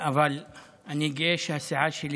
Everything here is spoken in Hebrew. אבל אני גאה שהסיעה שלי,